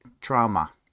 trauma